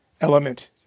element